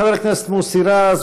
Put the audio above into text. חבר הכנסת מוסי רז,